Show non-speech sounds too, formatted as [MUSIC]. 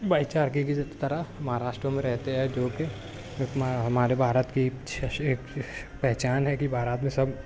بھائی چارگی کی طرح مہاراشٹر میں رہتے ہیں جوکہ [UNINTELLIGIBLE] ہمارے بھارت کی [UNINTELLIGIBLE] پہچان ہے کہ بھارت میں سب